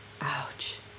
Ouch